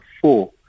four